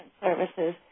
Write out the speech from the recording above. services